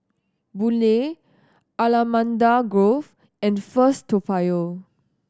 Boon Lay Allamanda Grove and First Toa Payoh